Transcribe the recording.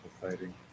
fighting